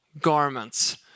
garments